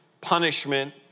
punishment